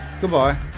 goodbye